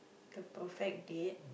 the perfect date